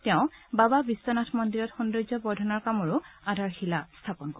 তেওঁ বাবা বিশ্বনাথ মন্দিৰত সৌন্দৰ্য্য বৰ্ধনৰ কামৰো আধাৰশিলা স্থাপন কৰে